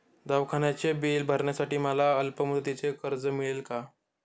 दवाखान्याचे बिल भरण्यासाठी मला अल्पमुदतीचे कर्ज मिळेल का?